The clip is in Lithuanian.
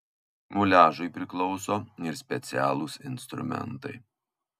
muliažui priklauso ir specialūs instrumentai